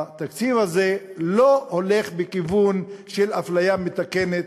התקציב הזה לא הולך בכיוון של אפליה מתקנת,